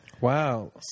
Wow